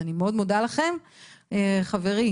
חברי,